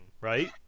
right